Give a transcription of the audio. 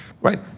Right